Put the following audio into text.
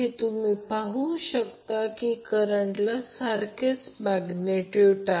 तर line current phase current पण voltage source e हे ∆ सोर्स आहे